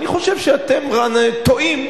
אני חושב שאתם טועים.